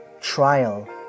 Trial